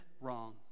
wrong